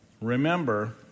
Remember